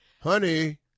Honey